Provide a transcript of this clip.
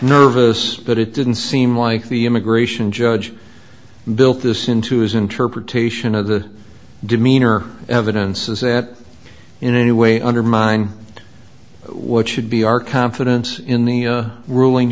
nervous but it didn't seem like the immigration judge built this into his interpretation of the demeanor evidence in any way undermine it what should be our confidence in the